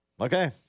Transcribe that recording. Okay